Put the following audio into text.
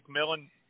McMillan